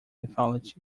mythology